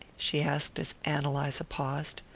she asked as ann eliza paused.